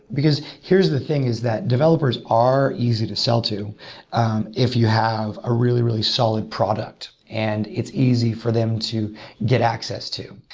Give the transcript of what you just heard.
here's the thing, is that developers are easy to sell to um if you have a really, really solid product and it's easy for them to get access to.